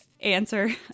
Answer